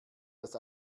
das